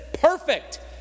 perfect